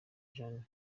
jeanne